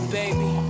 baby